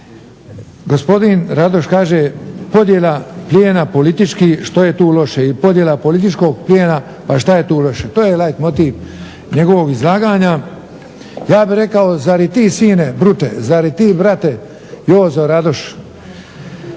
Gospodin Radoš kaže podjela plijena politički što je tu loše ili podjela političkog plijena, pa što je tu loše. To je leit motiv njegovog izlaganja. Ja bih rekao zar i ti sine Brute, zar i ti brate Jozo Radoš.